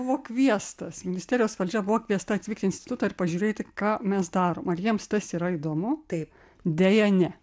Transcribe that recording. buvo kviestas ministerijos valdžia buvo kviesta atvykti į institutą ir pažiūrėti ką mes darom ar jiems tas yra įdomu taip deja ne